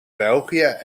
belgië